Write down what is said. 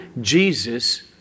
Jesus